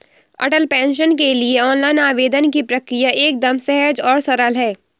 अटल pension के लिए online आवेदन की प्रक्रिया एकदम सहज और सरल है